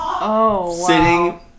sitting